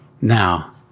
Now